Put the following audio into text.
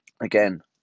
Again